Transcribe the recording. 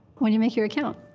when you make your account.